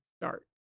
start